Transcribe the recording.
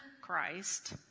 Christ